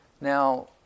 Now